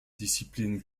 discipline